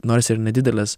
nors ir nedideles